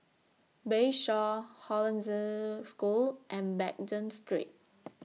Bayshore Hollandse School and Baghdad Street